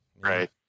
Right